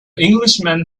englishman